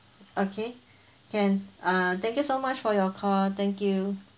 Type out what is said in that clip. okay can uh thank you so much for your call thank you